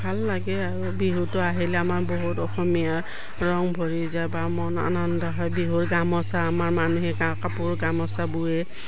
ভাল লাগে আৰু বিহুটো আহিলে আমাৰ বহুত অসমীয়া ৰং ভৰি যায় বা মন আনন্দ হয় বিহুৰ গামোচা আমাৰ মানুহে কাপোৰ গামোচা বোৱে